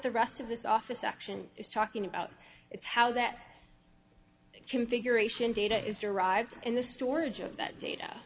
the rest of this office action is talking about it's how that configuration data is derived in the storage of that data